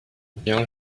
bien